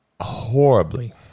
horribly